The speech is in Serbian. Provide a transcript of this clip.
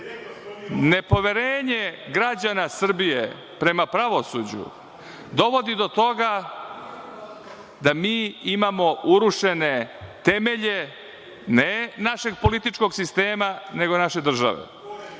Nepoverenje građana Srbije prema pravosuđu dovodi do toga da mi imamo urušene temelje ne našeg političkog sistema, nego naše države.